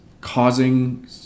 causing